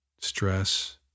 stress